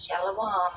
Shalom